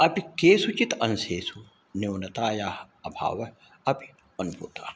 अपि केषुचित् अंशेषु न्यूनतायाः अभावः अपि अनुभूताः